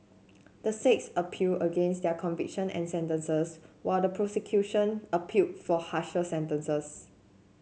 the six appealed against their convictions and sentences while the prosecution appealed for harsher sentences